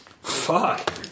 Fuck